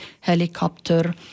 helicopter